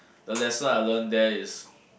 the lesson I learn there is